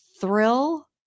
thrill